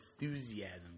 enthusiasm